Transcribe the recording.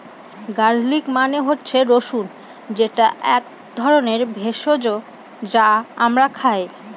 garlic মানে হচ্ছে রসুন যেটা এক ধরনের ভেষজ যা আমরা খাই